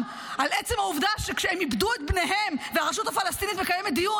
על עצם העובדה שכשהן איבדו את בניהן הרשות הפלסטינית מקיימת דיון,